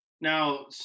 Now